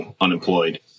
unemployed